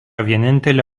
vienintelė